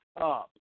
up